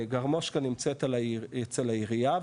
גרמושקה נמצאת אצל העירייה,